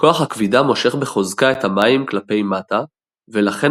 כוח הכבידה מושך בחוזקה את המים כלפי מטה ולכן